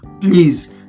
please